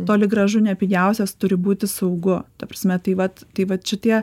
toli gražu nepigiausias turi būti saugu ta prasme tai vat tai vat šitie